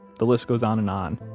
the list goes on and on.